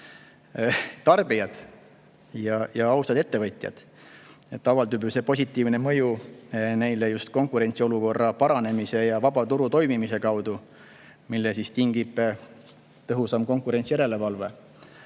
tarbijad ja ausad ettevõtjad. Avaldub ju see positiivne mõju neile just konkurentsiolukorra paranemise ja vaba turu toimimise kaudu, mille tingib tõhusam konkurentsijärelevalve.